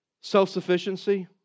self-sufficiency